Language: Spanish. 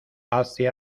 hace